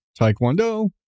Taekwondo